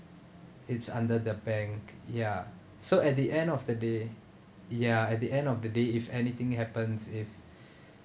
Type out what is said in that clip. it's under the bank ya so at the end of the day ya at the end of the day if anything happens if